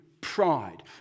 Pride